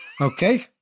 Okay